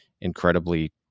incredibly